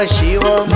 Shiva